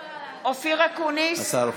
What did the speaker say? אינו נוכח קארין אלהרר,